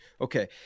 Okay